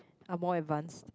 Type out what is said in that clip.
are more advanced